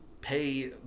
pay